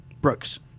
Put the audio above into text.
Brooks